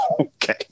okay